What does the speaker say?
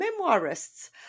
memoirists